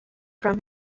from